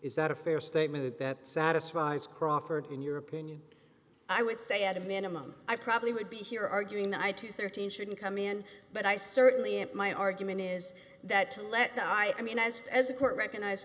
is that a fair statement that satisfies crawford in your opinion i would say at a minimum i probably would be here arguing that i to thirteen shouldn't come in but i certainly am my argument is that to let go i mean as as a court recognized